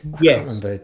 Yes